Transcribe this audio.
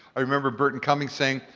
i remember burton cummings saying,